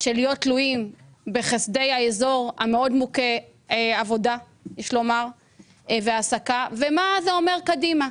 להיות תלויים בחסדי האזור המאוד מוכה עבודה והעסקה ומה זה אומר קדימה.